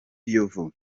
kiyovu